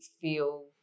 feel